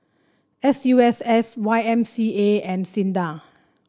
S U S S Y M C A and SINDA